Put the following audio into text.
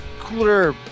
cooler